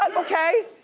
um okay?